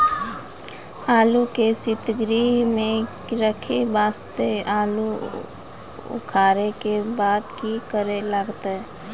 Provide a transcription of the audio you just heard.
आलू के सीतगृह मे रखे वास्ते आलू उखारे के बाद की करे लगतै?